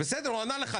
בסדר, הוא ענה לך.